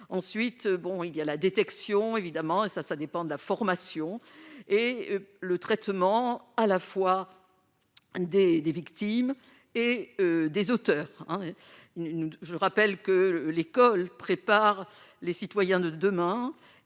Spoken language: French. ensuite, bon, il y a la détection, évidemment, et ça, ça dépend de la formation et le traitement à la fois des des victimes et des auteurs, je rappelle que l'école prépare les citoyens de demain